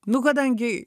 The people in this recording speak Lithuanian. nu kadangi